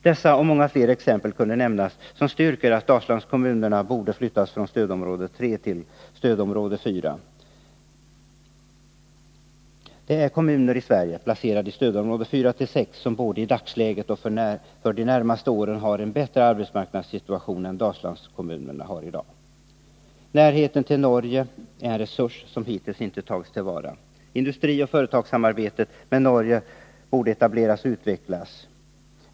Dessa och många fler exempel kunde nämnas som styrker att Dalslandskommunerna borde flyttas från stödområde 3 till stödområde 4. Det finns kommuner i Sverige, placerade i stödområde 4-6, som både i dagens läge och för de närmaste åren har en bättre arbetsmarknadssituation än Dalslandskommunerna. Närheten till Norge är en resurs som hittills inte tagits till vara. Industrioch företagssamarbetet med Norge borde etableras och utvecklas.